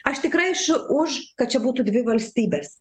aš tikrai ešu už kad čia būtų dvi valstybės